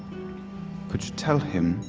could you tell him